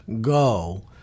go